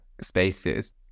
spaces